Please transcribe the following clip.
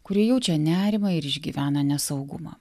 kurie jaučia nerimą ir išgyvena nesaugumą